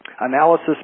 analysis